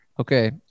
Okay